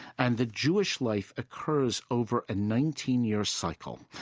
and the jewish life occurs over a nineteen year cycle.